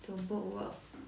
to book work